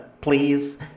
please